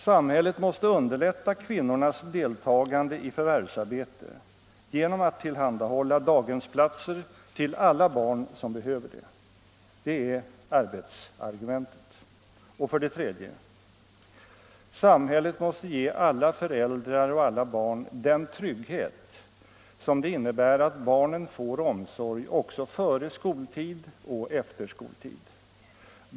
Samhället måste underlätta kvinnornas deltagande i förvärvsarbete genom att tillhandahålla daghemsplatser till alla barn som behöver det. Det är arbetsargumentet. 3. Samhället måste ge alla föräldrar och alla barn den trygghet som det innebär att barnen får omsorg också före skoltid och efter skoltid.